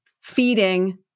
feeding